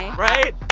right?